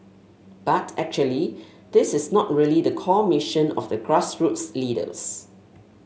but actually this is not really the core mission of the grassroots leaders